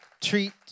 Treat